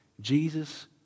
Jesus